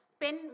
pen